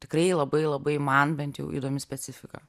tikrai labai labai man bent jau įdomi specifika